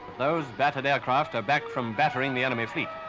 those batted aircraft are back from battering the enemy fleet.